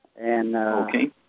Okay